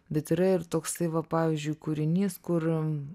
bet yra ir toksai va pavyzdžiui kūrinys kur